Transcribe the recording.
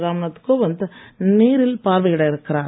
ராம்நாத் கோவிந்த் நேரில் பார்வையிடவிருக்கிறார்